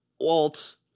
Walt